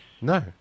No